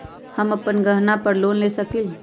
हम अपन गहना पर लोन ले सकील?